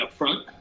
upfront